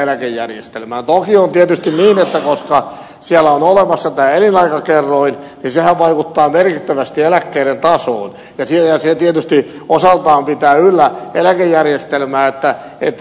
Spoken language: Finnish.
toki on tietysti niin että koska siellä on olemassa tämä elinaikakerroin niin sehän vaikuttaa merkittävästi eläkkeiden tasoon ja se tietysti osaltaan pitää yllä eläkejärjestelmää